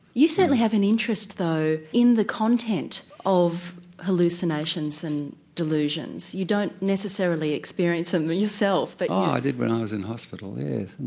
you certainly have an interest though in the content of hallucinations and delusions. you don't necessarily experience them yourself. oh, but ah i did when i was in hospital,